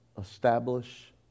establish